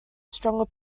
stronger